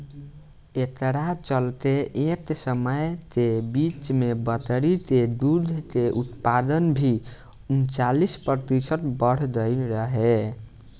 एकरा चलते एह समय के बीच में बकरी के दूध के उत्पादन भी उनचालीस प्रतिशत बड़ गईल रहे